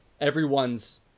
everyone's